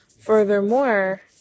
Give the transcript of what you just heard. Furthermore